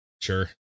sure